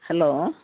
hello